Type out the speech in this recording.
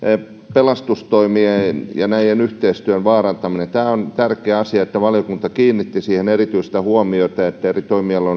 pelastustoimien ja sellaisen yhteistyön vaarantaminen tämä on tärkeä asia että valiokunta kiinnitti siihen erityistä huomiota että eri toimialojen